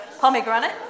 pomegranate